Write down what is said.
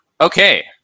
Okay